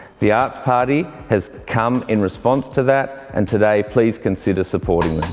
the arts party has come in response to that, and today please consider supporting